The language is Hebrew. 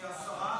השרה,